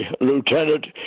lieutenant